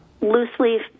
loose-leaf